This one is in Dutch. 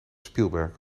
spielberg